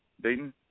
dayton